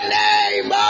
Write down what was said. name